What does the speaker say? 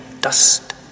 dust